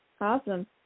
awesome